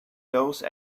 those